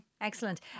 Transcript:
excellent